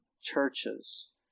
churches